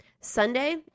Sunday